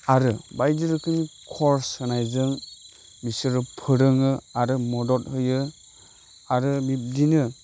आरो बायदि रोखोमनि खर्स होनायजों बिसोरो फोरोङो आरो मदद होयो आरो बिब्दिनो